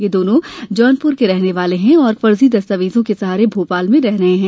ये दोनो जौनपुर के रहने वाले हैं और फर्जी दस्तावेजों के सहारे भोपाल में रह रहे हैं